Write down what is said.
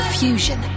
fusion